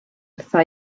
wrtha